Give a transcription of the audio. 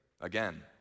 again